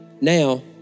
now